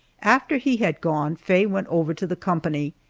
after he had gone, faye went over to the company,